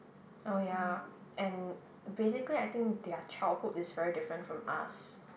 oh ya and basically I think their childhood is very different from us